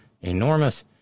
enormous